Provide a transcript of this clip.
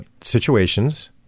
situations